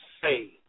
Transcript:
say